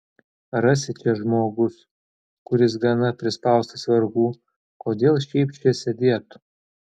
rasi čia žmogus kuris gana prispaustas vargų kodėl šiaip čia sėdėtų